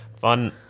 fun